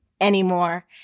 anymore